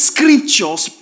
Scriptures